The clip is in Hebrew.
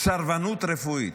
"סרבנות רפואית".